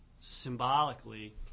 symbolically